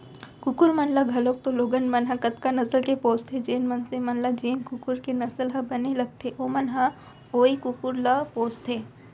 कुकुर मन ल घलौक तो लोगन मन ह कतका नसल के पोसथें, जेन मनसे मन ल जेन कुकुर के नसल ह बने लगथे ओमन ह वोई कुकुर ल पोसथें